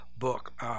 book